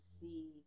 see